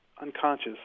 unconscious